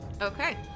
Okay